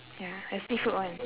ya the seafood [one]